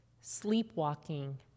sleepwalking